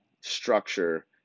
structure